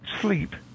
sleep